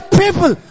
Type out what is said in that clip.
people